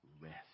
rest